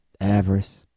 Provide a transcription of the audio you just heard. Avarice